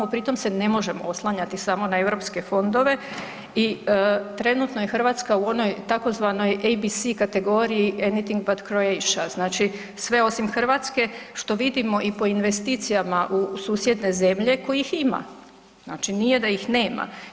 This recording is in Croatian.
Pri tom se ne možemo oslanjati samo na europske fondove i trenutno je Hrvatska u onoj tzv. ABC kategoriji Anything but Croatia, znači sve osim Hrvatske što vidimo i po investicijama u susjedne zemlje kojih ima, znači nije da ih nema.